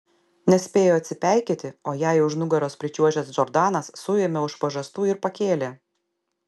nespėjo atsipeikėti o jai už nugaros pričiuožęs džordanas suėmė už pažastų ir pakėlė